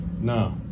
no